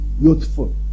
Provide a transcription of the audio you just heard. youthful